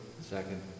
Second